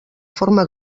forma